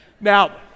Now